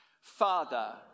Father